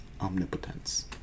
omnipotence